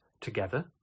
together